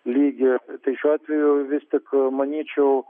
lygį šiuo atveju vis tik manyčiau